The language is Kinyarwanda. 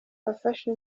afasha